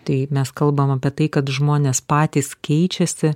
tai mes kalbam apie tai kad žmonės patys keičiasi